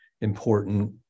important